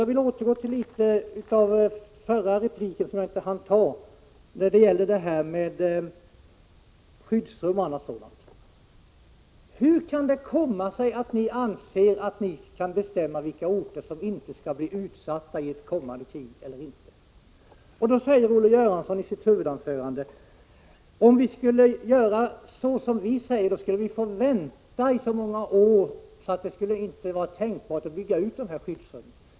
Jag vill återgå till vad jag inte hann med i den förra repliken, om skyddsrum osv. Hur kan det komma sig att ni anser att ni kan bestämma vilka orter som inte skall bli utsatta i ett kommande krig? Olle Göransson säger i sitt huvudanförande att om man skulle göra som vi säger, skulle man få vänta i så många år att det inte skulle vara tänkbart att bygga ut skyddsrummen.